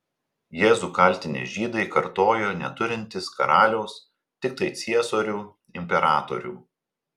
jėzų kaltinę žydai kartojo neturintys karaliaus tiktai ciesorių imperatorių